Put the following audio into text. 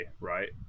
Right